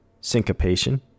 syncopation